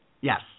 Yes